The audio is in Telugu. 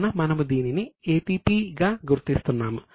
కావున మనము దీనిని APP గా గుర్తిస్తున్నాము